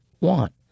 want